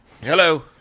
Hello